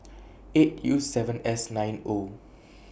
eight U seven S nine O